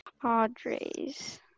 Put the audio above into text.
Padres